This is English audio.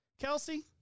Kelsey